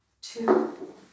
two